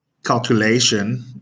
calculation